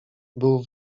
było